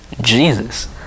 Jesus